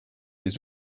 les